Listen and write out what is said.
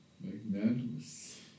magnanimous